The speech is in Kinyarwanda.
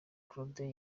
claude